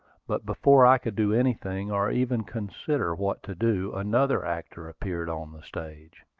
but before i could do anything, or even consider what to do, another actor appeared on the stage.